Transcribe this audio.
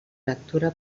lectura